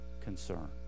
concern